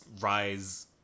rise